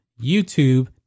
YouTube